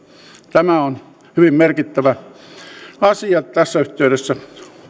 tämä on hyvin merkittävä asia tässä yhteydessä